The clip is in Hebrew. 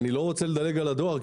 אני לא רוצה לדלג על הדואר.